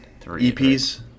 EPs